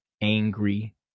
angry